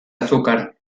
azúcar